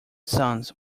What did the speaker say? sons